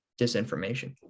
disinformation